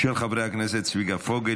של חברי הכנסת צביקה פוגל,